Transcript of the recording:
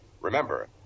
Remember